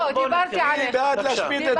היא בעד להשמיד את